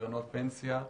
קרנות פנסיה.